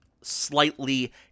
slightly